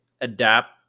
adapt